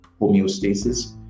homeostasis